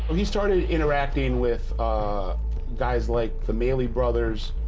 but he started interacting with guys like the mealy brothers,